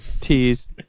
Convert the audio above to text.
tease